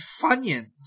Funyuns